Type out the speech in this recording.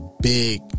big